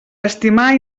estimar